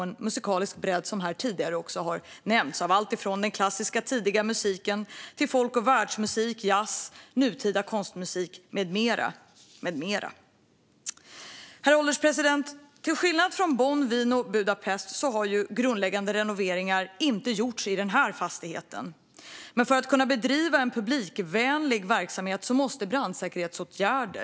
Som tidigare nämnts är det en musikalisk bredd - alltifrån den klassiska tidiga musiken till folk och världsmusik, jazz, nutida konstmusik med mera. Herr ålderspresident! Till skillnad från hur det är i Bonn, Wien och Budapest har grundläggande renoveringar inte gjorts i denna fastighet. Men för att man ska kunna bedriva en publikvänlig verksamhet måste brandsäkerhetsåtgärder vidtas.